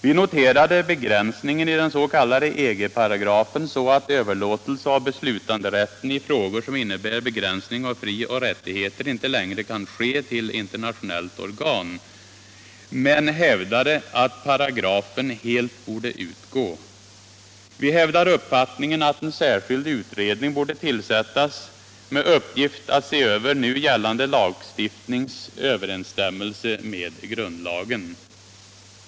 Vi noterade begränsningen i den s.k. EG-paragrafen så att överlåtelse av beslutanderätten i frågor som innebär begränsning av frioch rättigheter inte längre kan ske till internationellt organ, men hävdade att paragrafen helt borde utgå. Vi hävdade uppfattningen att en särskild utredning borde tillsättas med uppegift att se över nu gällande lagstiftnings överensstämmelse med grundlagen.